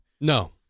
No